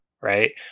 right